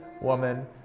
woman